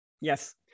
Yes